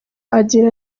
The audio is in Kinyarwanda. agira